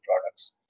products